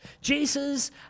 Jesus